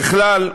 ככלל,